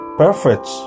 perfect